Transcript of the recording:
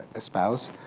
espouse,